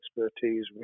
expertise